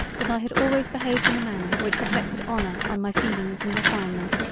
that i had always behaved in a manner which reflected honour on my feelings and refinement,